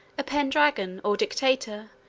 a pendragon, or dictator,